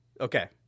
Okay